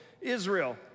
Israel